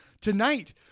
Tonight